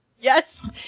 Yes